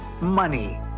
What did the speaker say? Money